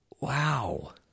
Wow